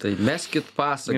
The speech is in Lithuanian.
tai meskit pasą